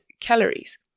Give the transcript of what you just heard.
calories